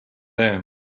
there